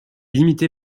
limitée